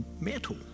metal